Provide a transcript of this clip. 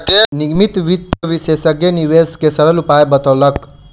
निगमित वित्त विशेषज्ञ निवेश के सरल उपाय बतौलक